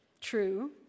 True